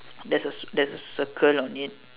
there's a there's a circle on it